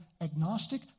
agnostic